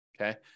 okay